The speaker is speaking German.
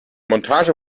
montage